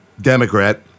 Democrat